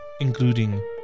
including